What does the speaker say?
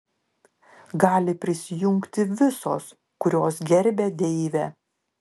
gali prisijungti visos kurios gerbia deivę